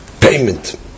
payment